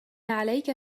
عليك